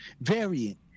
variant